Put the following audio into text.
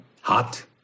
Hot